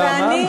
ואני רוצה, למה?